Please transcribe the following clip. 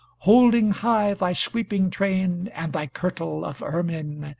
holding high thy sweeping train, and thy kirtle of ermine,